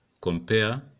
compare